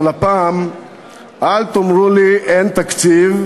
אבל הפעם אל תאמרו לי אין תקציב,